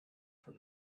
from